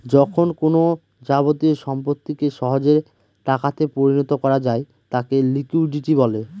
যখন কোনো যাবতীয় সম্পত্তিকে সহজে টাকাতে পরিণত করা যায় তাকে লিকুইডিটি বলে